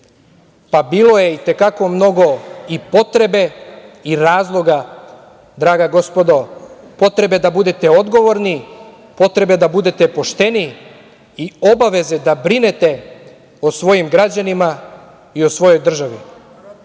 Pa, bilo je i te kako mnogo i potrebe i razloga, draga gospodo, potrebe da budete odgovorni, potrebe da budete pošteni i obaveze da brinete o svojim građanima i o svojoj državi.